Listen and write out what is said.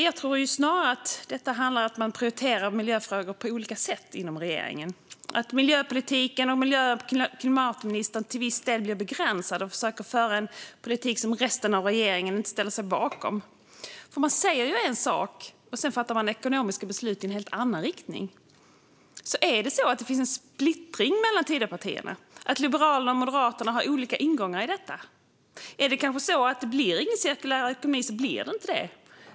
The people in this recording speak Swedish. Jag tror snarare att man prioriterar miljöfrågorna på olika sätt inom regeringen och att miljö och klimatministern till viss del blir begränsad och försöker föra en politik som resten av regeringen inte ställer sig bakom. Man säger ju en sak men fattar sedan ekonomiska beslut i en helt annan riktning. Finns det en splittring mellan Tidöpartierna? Har Liberalerna och Moderaterna olika ingångar i detta? Är det kanske så att blir det ingen cirkulär ekonomi så blir det inte det?